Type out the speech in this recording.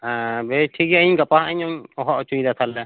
ᱦᱮᱸ ᱵᱮᱥ ᱴᱷᱤᱠ ᱜᱮᱭᱟ ᱤᱧ ᱜᱟᱯᱟ ᱱᱟᱦᱟᱤᱧ ᱦᱚᱦᱚ ᱦᱚᱪᱚᱭᱫᱟ ᱛᱟᱦᱚᱞᱮ